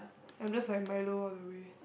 I'm just like Milo all the way